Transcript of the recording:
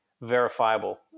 verifiable